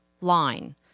line